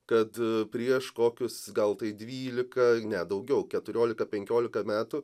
kad prieš kokius gal tai dvylika ne daugiau keturiolika penkiolika metų